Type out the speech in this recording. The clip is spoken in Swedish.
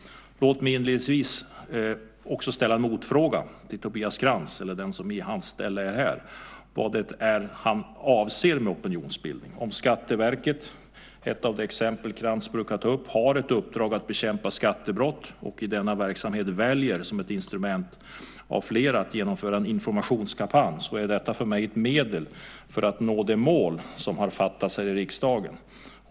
Låt mig inledningsvis ställa en motfråga till den som i Tobias Krantz ställe tar emot svaret vad det är han avser med opinionsbildning. Om Skatteverket, ett av de exempel som Krantz brukar ta upp, har ett uppdrag att bekämpa skattebrott och i denna verksamhet väljer som ett instrument av flera att genomföra en informationskampanj, så är detta för mig ett medel för att nå de mål som det har fattats beslut om här i riksdagen.